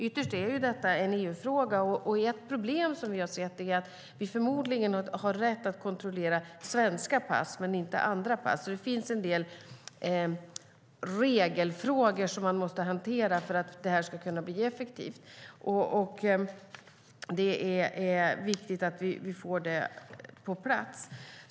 Ytterst är detta en EU-fråga. Ett problem som vi har sätt är att vi förmodligen har rätt att kontrollera svenska pass men inte andra pass. Det finns alltså en del regelfrågor som måste hanteras för att detta ska kunna bli effektivt. Det är viktigt att vi får detta på plats.